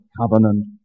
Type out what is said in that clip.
covenant